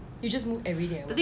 you just move everything